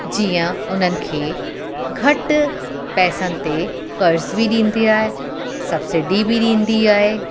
जीअं उन्हनि खे घटि पैसनि ते कर्ज़ बी ॾींदी आहे सब्सिडी बि ॾींदी आहे